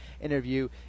interview